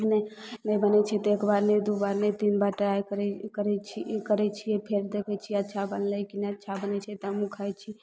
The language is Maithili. नहि बनय छै तऽ एक बार नहि दू बार नहि तीन बार ट्राइ करय करय छी करय छियै फेर देखय छियै अच्छा बनलइ की नहि अच्छा बनय छै तऽ हमहुँ खाइ छी